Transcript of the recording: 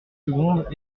secondes